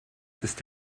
ist